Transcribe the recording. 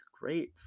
great